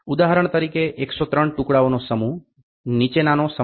તેથી ઉદાહરણ તરીકે 103 ટુકડાઓનો સમૂહ નીચેનાનો સમાવેશ કરે છે